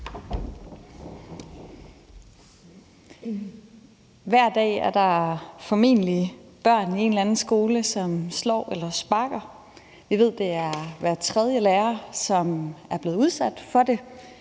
Hver dag er der formentlig børn i en eller anden skole, som slår eller sparker. Vi ved, at det er hver tredje lærer, som er blevet udsat for det.